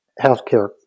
healthcare